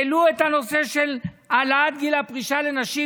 העלו את הנושא של העלאת גיל הפרישה לנשים,